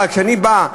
אבל כשאני בא,